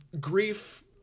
grief